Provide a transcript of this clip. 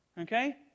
Okay